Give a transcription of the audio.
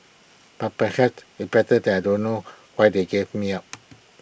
but perhaps it's better that I don't know why they gave me up